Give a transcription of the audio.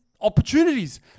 opportunities